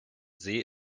see